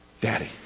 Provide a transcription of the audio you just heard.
Daddy